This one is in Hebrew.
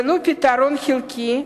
ולו חלקי,